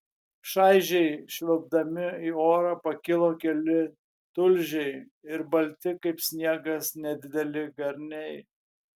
šaižiai švilpdami į orą pakilo keli tulžiai ir balti kaip sniegas nedideli garniai